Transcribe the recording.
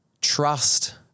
trust